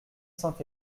saint